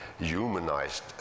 humanized